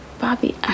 Bobby